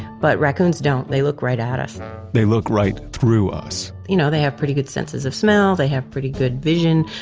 but raccoons don't, they look right at us they look right through us you know, they have pretty good senses of smell, they have good vision,